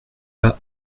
pas